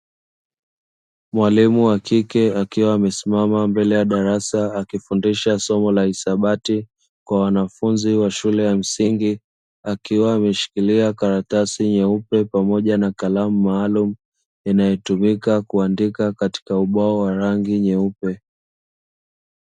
Mwalimu wa kike akiwa amesimama mbele ya darasa, akifundisha somo la hisabati kwa wanafunzi wa shule ya msingi, akiwa ameshikilia karatasi nyeupe pamoja na kalamu maalumu, inayotumika kuandika katika ubao wa rangi nyeupe.